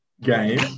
game